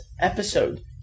episode